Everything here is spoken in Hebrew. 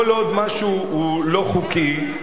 כל עוד משהו הוא לא חוקי,